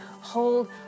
hold